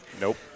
Nope